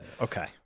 Okay